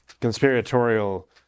conspiratorial